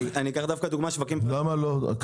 קח כדוגמה את התחבורה.